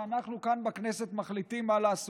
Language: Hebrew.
כשאנחנו כאן בכנסת מחליטים מה לעשות.